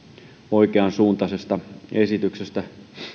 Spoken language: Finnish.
oikeansuuntaisesta esityksestä